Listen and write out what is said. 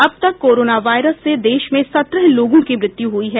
अब तक corona virus से सत्रह लोगों की मृत्यु हुई है